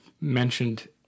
mentioned